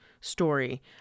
story